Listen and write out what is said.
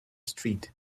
street